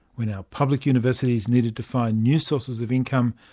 when our public universities needed to find new sources of income,